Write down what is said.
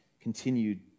continued